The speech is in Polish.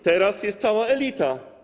Teraz jest cała elita.